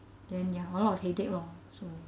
then ya a lot of headache lor so